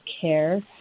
care